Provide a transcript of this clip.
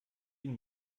den